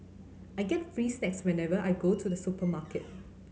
I get free snacks whenever I go to the supermarket